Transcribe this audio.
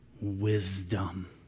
wisdom